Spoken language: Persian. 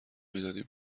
میدادیم